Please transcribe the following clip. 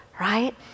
Right